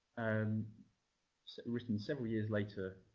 um written several years later,